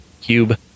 Cube